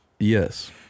yes